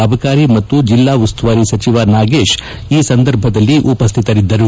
ಅಬಕಾರಿ ಮತ್ತು ಜಿಲ್ಲಾ ಉಸ್ತುವಾರಿ ಸಚಿವ ನಾಗೇಶ್ ಈ ಸಂದರ್ಭದಲ್ಲಿ ಉಪಸ್ಥಿತರಿದ್ದರು